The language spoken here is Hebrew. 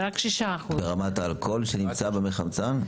ברמת האלכוהול שנמצא במי חמצן?